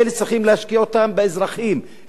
צריכים להשקיע אותם באזרחים,